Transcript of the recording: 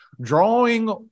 Drawing